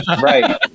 right